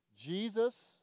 Jesus